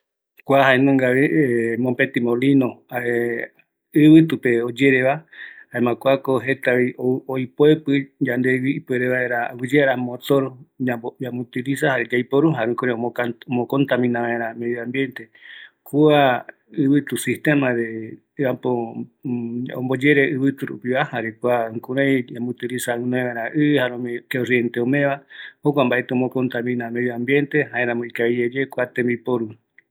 Kua jae ikaviguevi, yaiporu baera ɨvɨtu, kuarupi omeevi electricidad, jaere oyeporu vaera ɨvɨtu, jukuraï vi yamborɨ ikavi vaera tandeɨvɨ